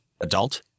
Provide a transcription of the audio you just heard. adult